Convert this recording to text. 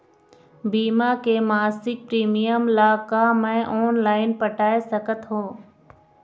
बीमा के मासिक प्रीमियम ला का मैं ऑनलाइन पटाए सकत हो?